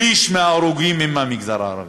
שליש מההרוגים הם מהמגזר הערבי,